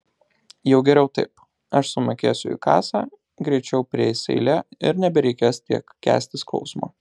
jau geriau taip aš sumokėsiu į kasą greičiau prieis eilė ir nebereikės tiek kęsti skausmo